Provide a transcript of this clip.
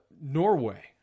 Norway